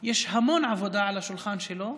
יש המון עבודה על השולחן שלו.